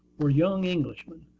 were young englishmen,